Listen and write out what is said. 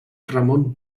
ramon